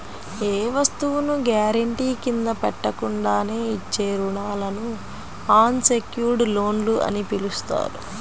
ఏ వస్తువును గ్యారెంటీ కింద పెట్టకుండానే ఇచ్చే రుణాలను అన్ సెక్యుర్డ్ లోన్లు అని పిలుస్తారు